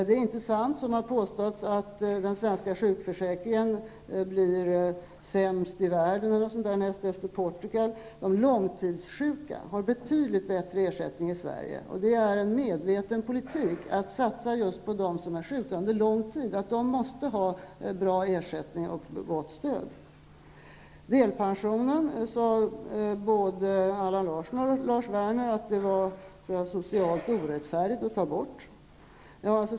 Det är inte sant som det har påståtts att den svenska sjukförsäkringen blir sämst i världen eller någonting sådant, näst efter Portugals. De långtidssjuka har betydligt bättre ersättning i Sverige, och det är en medveten politik att satsa just på dem som är sjuka under lång tid. De måste ha en bra ersättning och gott stöd. Werner att det var socialt orättfärdigt att ta bort.